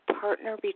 partner